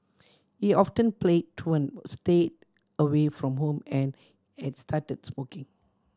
he often play truant stayed away from home and has started smoking